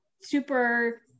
super